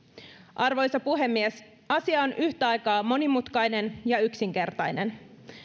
arvoisa puhemies asia on yhtä aikaa monimutkainen ja yksinkertainen